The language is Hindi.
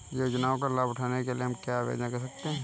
योजनाओं का लाभ उठाने के लिए हम कैसे आवेदन कर सकते हैं?